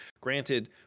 Granted